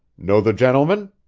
know the gentleman?